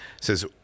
says